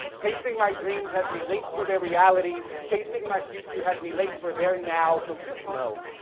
chasing my dreams has me late for their reality, chasing my future has me late for their now. so just know,